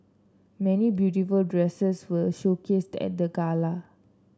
many beautiful dresses were showcased at the gala